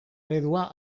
eredua